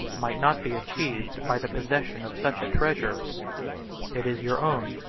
might not be achieved by the possession of such a treasure it is your own,